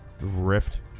rift